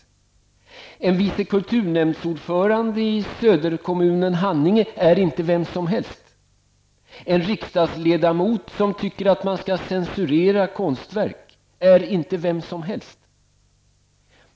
En vice kulturnämndsordförande i söderkommunen Haninge är inte vem som helst. En riksdagsledamot som tycker att man skall censurera konstverk är inte vem som helst.